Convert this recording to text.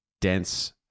dense